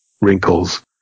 wrinkles